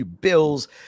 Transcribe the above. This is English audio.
bills